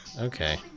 Okay